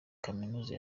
kaminuza